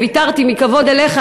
וויתרתי מכבוד אליך,